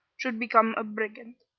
should become a brigand.